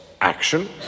action